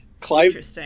Clive